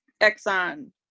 Exxon